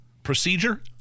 Procedure